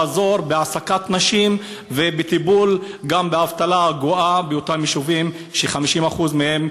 ולעזור בהעסקת נשים ובטיפול באבטלה הגואה באותם יישובים ש-50% מהם